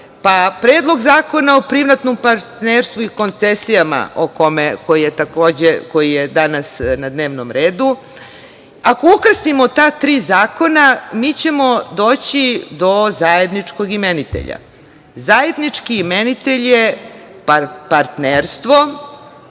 pa Predlog zakona o privatnom partnerstvu i koncesijama, koji je takođe danas na dnevnom redu, ako ukrstimo ta tri zakona, mi ćemo doći do zajedničkog imenitelja, a zajednički imenitelj je partnerstvo,